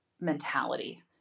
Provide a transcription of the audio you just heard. mentality